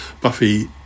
buffy